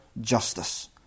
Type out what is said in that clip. justice